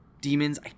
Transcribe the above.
demons